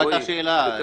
רועי, קצר.